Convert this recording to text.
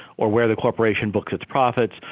or where the corporation books its profits,